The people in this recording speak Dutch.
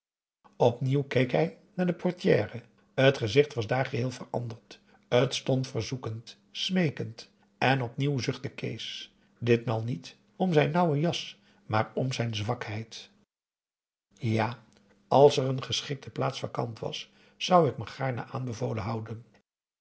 keek hij naar de portière t gezicht was daar geheel veranderd t stond verzoekend smeekend en opnieuw zuchtte kees ditmaal niet om zijn nauwe jas maar om zijn zwakheid ja als er een geschikte plaats vacant was zou ik me gaarne aanbevolen houden